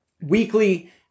weekly